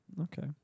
Okay